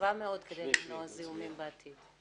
חשובה מאוד כדי למנוע זיהומים בעתיד.